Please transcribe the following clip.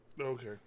Okay